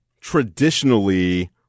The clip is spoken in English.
traditionally